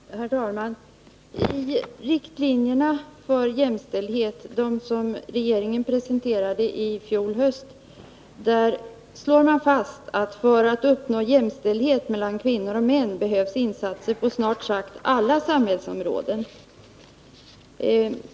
Herr talman! I riktlinjerna för jämställdheten, vilka regeringen presenterade i fjol höst, slås fast att för att uppnå jämställdhet mellan kvinnor och män behövs det insatser på snart sagt alla samhällsområden.